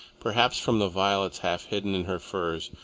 perhaps from the violets half hidden in her furs,